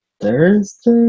Thursday